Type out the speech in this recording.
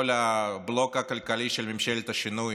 כל הבלוק הכלכלי של ממשלת השינוי,